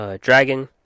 Dragon